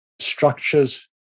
structures